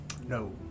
No